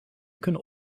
kunnen